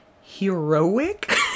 heroic